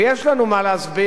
ויש לנו מה להסביר,